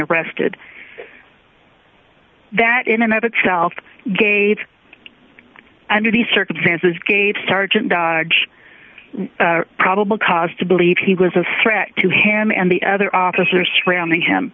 arrested that in another child gauge and of these circumstances gave sergeant dodge probable cause to believe he was a strat to ham and the other officers surrounding him